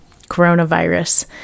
coronavirus